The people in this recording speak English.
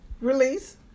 release